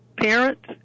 parents